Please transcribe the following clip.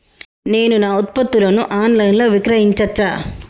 నేను నా ఉత్పత్తులను ఆన్ లైన్ లో విక్రయించచ్చా?